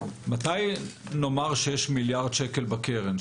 מתי נאמר שיש מיליארד שקל בקרן?